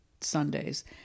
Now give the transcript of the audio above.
Sundays